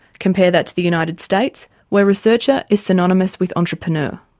compare that to the united states where researcher is synonymous with entrepreneur.